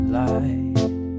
light